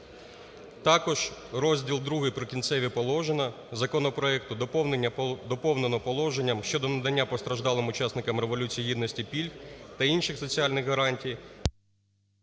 Також розділ ІІ Прикінцеві положення законопроекту доповнено положенням щодо надання постраждалим учасникам Революції Гідності пільг та інших соціальних гарантій...